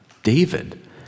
David